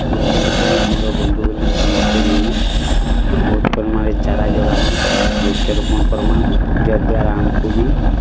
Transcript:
ବୃକ୍ଷଲତା ହିଁ ଆମର ବନ୍ଧୁ ବୋଲି କିରି ସମସ୍ତେ ନିଏ ଓ ବହୁତ ପରିମାଣରେ ଚାରା ଯୋଗାମା ବୃକ୍ଷରୋପଣ କର୍ମା ଯାଦ୍ୱାରା ଆମ୍କୁ ବି